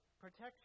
protection